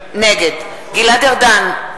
נגד גלעד ארדן,